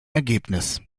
ergebnis